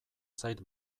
zait